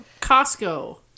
Costco